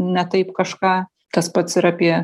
ne taip kažką tas pats ir apie